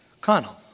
Connell